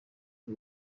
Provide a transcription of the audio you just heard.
y’u